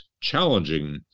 challenging